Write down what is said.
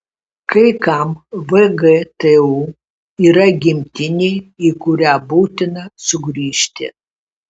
kai kam vgtu yra gimtinė į kurią būtina sugrįžti